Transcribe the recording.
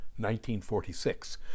1946